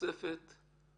נוספת ועוד.